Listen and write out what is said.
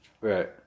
right